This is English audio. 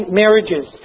marriages